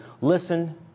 Listen